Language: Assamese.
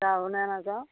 যাওঁ নে নাযাওঁ